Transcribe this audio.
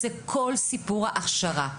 זה כול סיפור ההכשרה.